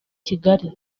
kigali